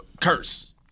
Curse